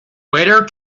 waiter